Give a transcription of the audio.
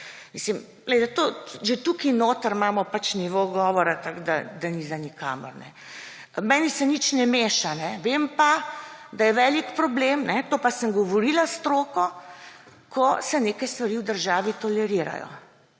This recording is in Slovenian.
to, že tukaj notri imamo pač nivo govora tak, da ni za nikamor. Meni se nič ne meša. Vem pa, da je velik problem, to pa sem govorila s stroko, ko se neke stvari v državi tolerirajo,